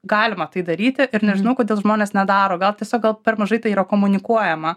galima tai daryti ir nežinau kodėl žmonės nedaro gal tiesiog gal per mažai tai yra komunikuojama